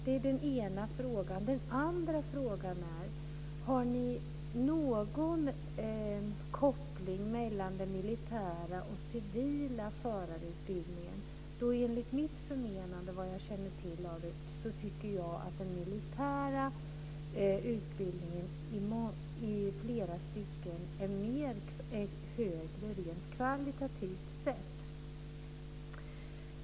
Det var den ena frågan. Den andra frågan är: Finns det någon koppling mellan den militära och den civila förarutbildningen? Enligt mitt förmenande är den militära förarutbildningen i många stycken av högre kvalitet.